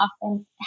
often